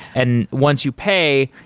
and once you pay,